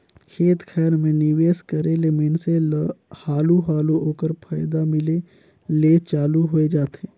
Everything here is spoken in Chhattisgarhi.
खेत खाएर में निवेस करे ले मइनसे ल हालु हालु ओकर फयदा मिले ले चालू होए जाथे